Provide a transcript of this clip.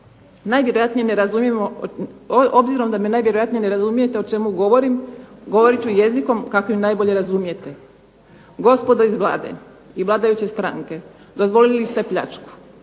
nego i nepostojećim. Obzirom da me najvjerojatnije ne razumijete o čemu govorim govorit ću jezikom kakvim najbolje razumijete. Gospodo iz Vlade i vladajuće stranke, dozvolili ste pljačku,